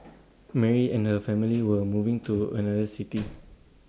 Mary and her family were moving to another city